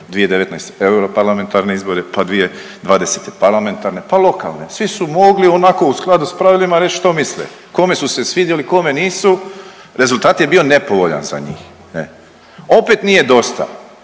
2019. europarlamentarne izbore, pa 2020. parlamentarne pa lokalne svi su mogli onako u skladu s pravilima reć što misle, kome su se svidjeli kome nisu, rezultat je bio nepovoljan za njih. Opet nije dosta